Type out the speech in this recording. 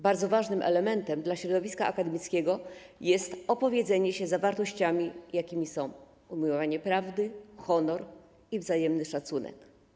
Bardzo ważny elementem dla środowiska akademickiego jest opowiedzenie się za wartościami, jakimi są umiłowanie prawdy, honor i wzajemny szacunek.